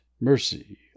Mercy